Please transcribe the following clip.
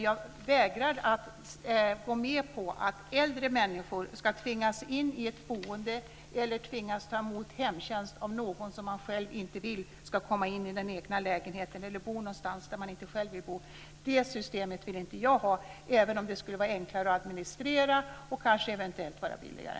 Jag vägrar att gå med på att äldre människor ska tvingas ta emot hemtjänst av någon som man inte själv vill ska komma in i den egna lägenheten eller tvingas bo någonstans där man inte själv vill bo. Det systemet vill jag inte ha, även om det skulle vara enklare att administrera och kanske eventuellt bli billigare.